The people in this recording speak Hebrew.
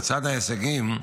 לצד ההישגים,